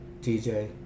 TJ